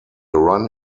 run